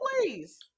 please